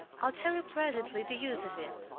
i'll tell you presently the use of it.